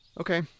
Okay